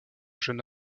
jeune